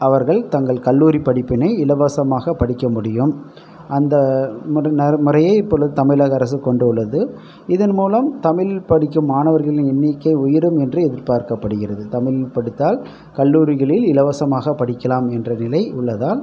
அவர்கள் தங்கள் கல்லூரி படிப்பினை இலவசமாக படிக்க முடியும் அந்த முறையை இப்பொழுது தமிழக அரசு கொண்டுள்ளது இதன் மூலம் தமிழில் படிக்கும் மாணவர்களின் எண்ணிக்கை உயரும் என்று எதிர்பார்க்கப்படுகிறது தமிழில் படித்தால் கல்லூரிகளில் இலவசமாக படிக்கலாம் என்ற நிலை உள்ளதால்